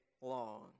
long